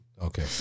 Okay